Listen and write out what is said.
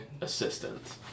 assistant